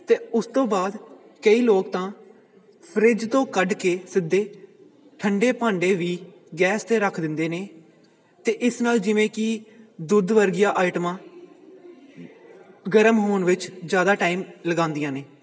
ਅਤੇ ਉਸ ਤੋਂ ਬਾਅਦ ਕਈ ਲੋਕ ਤਾਂ ਫਰਿਜ ਤੋਂ ਕੱਢ ਕੇ ਸਿੱਧੇ ਠੰਡੇ ਭਾਂਡੇ ਵੀ ਗੈਸ 'ਤੇ ਰੱਖ ਦਿੰਦੇ ਨੇ ਅਤੇ ਇਸ ਨਾਲ ਜਿਵੇਂ ਕਿ ਦੁੱਧ ਵਰਗੀਆਂ ਆਈਟਮਾਂ ਗਰਮ ਹੋਣ ਵਿੱਚ ਜਿਆਦਾ ਟਾਈਮ ਲਗਾਉਂਦੀਆਂ ਨੇ